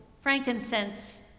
frankincense